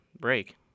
break